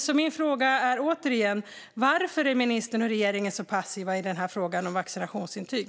Så min fråga är återigen: Varför är ministern och regeringen så passiva i frågan om vaccinationsintyg?